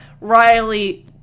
Riley